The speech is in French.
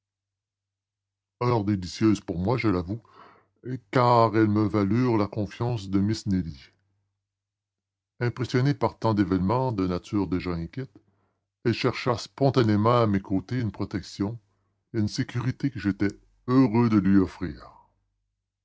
heures délicieuses pour moi je l'avoue car elles me valurent la confiance de miss nelly impressionnée par tant d'événements de nature déjà inquiète elle chercha spontanément à mes côtés une protection une sécurité que j'étais heureux de lui offrir